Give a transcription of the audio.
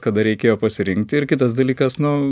kada reikėjo pasirinkti ir kitas dalykas nu